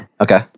Okay